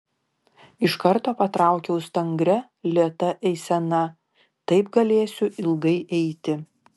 iš karto patraukiau stangria lėta eisena taip galėsiu ilgai eiti